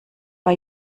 war